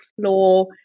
floor